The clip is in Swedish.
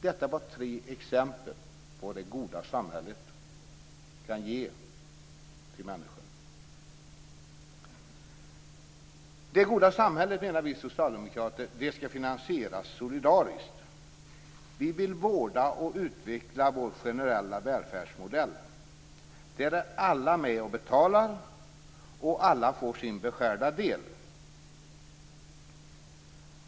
Detta var tre exempel på vad det goda samhället kan ge till människor. Det goda samhället menar vi socialdemokrater skall finansieras solidariskt. Vi vill vårda och utveckla vår generella välfärdsmodell. Där är alla med och betalar, och alla får sin beskärda del.